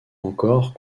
encore